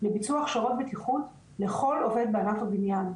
לביצוע הכשרות בטיחות לכל עובד בענף הבניין.